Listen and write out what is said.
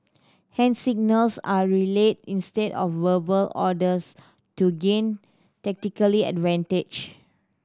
hand signals are relayed instead of verbal orders to gain tactically advantage